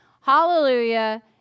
hallelujah